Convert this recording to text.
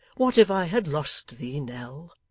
what if i had lost thee, nell